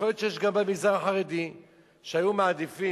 יכול להיות שיש גם במגזר החרדי שהיו מעדיפים